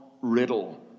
riddle